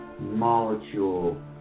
molecule